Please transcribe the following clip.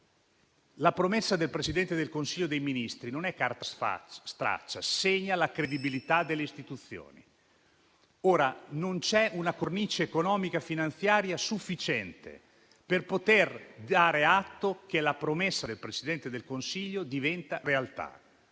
La promessa del Presidente del Consiglio dei ministri non è carta straccia, segna la credibilità delle istituzioni. Non c'è una cornice economica finanziaria sufficiente per poter dare atto che la promessa del Presidente del Consiglio diventa realtà.